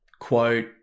quote